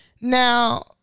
Now